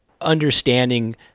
understanding